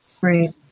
Right